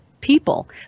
people